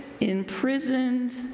imprisoned